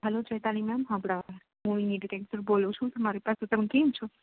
હાલો Chetali ma'am હા બરાબર હું અઇની ડિરેક્ટર બોલું છું તમારી પાસે તમે ટીમ છો